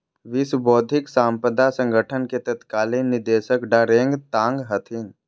विश्व बौद्धिक साम्पदा संगठन के तत्कालीन निदेशक डारेंग तांग हथिन